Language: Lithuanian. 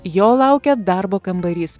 jo laukia darbo kambarys